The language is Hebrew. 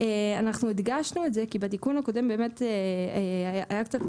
אנחנו הדגשנו את זה כי בתיקון הקודם באמת היה איזשהו